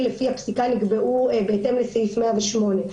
לפי הפסיקה נקבעו בהתאם לסעיף 108,